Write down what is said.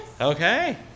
Okay